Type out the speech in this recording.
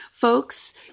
folks